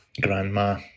Grandma